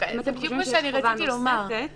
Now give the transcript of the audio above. אם אתם חושבים שיש חובה נוספת --- גור,